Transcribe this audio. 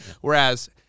whereas